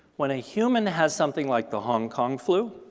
when a human has something like the hong kong flu,